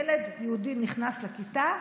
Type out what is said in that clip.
ילד יהודי נכנס לכיתה,